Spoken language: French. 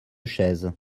chaises